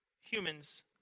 humans